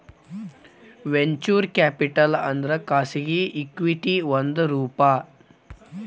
venture capital ಅಂದ್ರ ಖಾಸಗಿ equity ಒಂದ್ ರೂಪ